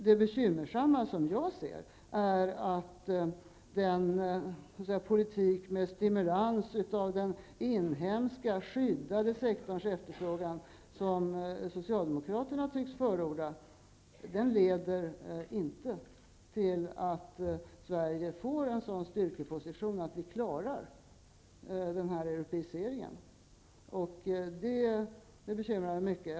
Det bekymmersamma, som jag ser det, är att den politik med stimulerande av den inhemska skyddade sektorns efterfrågan, som socialdemokraterna tycks förorda inte leder till att Sverige får en sådan styrkeposition att vi klarar europiseringen. Detta bekymrar mig mycket.